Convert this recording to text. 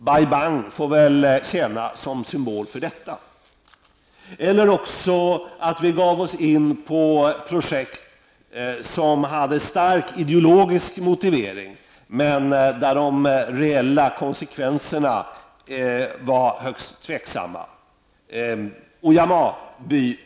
Bai Bang kan här tjäna som en symbol. Eller också gav vi oss in på projekt som hade stark ideologisk motivering, men där de reella konsekvenserna var högst tvivelaktiga.